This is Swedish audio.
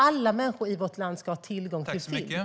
Alla människor i vårt land ska ha tillgång till film.